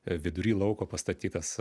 vidury lauko pastatytas